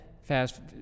fast